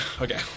Okay